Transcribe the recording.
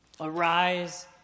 Arise